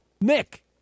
Nick